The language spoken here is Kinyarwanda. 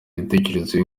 ibitekerezo